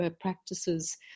practices